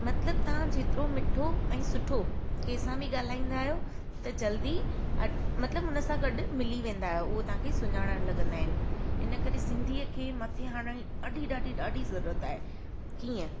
मतिलबु तव्हां जेतिरो मिठो ऐं सुठो कंहिंसां बि ॻाल्हाईंदा आहियो त जल्दी अ मतिलबु उनसां गॾु मिली वेंदा आहियो हूअ तव्हांखे सुञाननि लॻंदा आहिनि इन करे सिंधीअ खे माथे आणानि ॾाढी ॾाढी ॾाढी जरूरत आहे कीअं